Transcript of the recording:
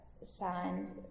signed